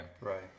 right